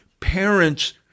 Parents